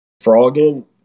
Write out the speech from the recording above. frogging